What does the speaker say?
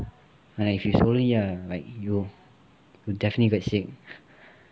like if you swallow it ah like you you definitely get sick